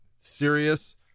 serious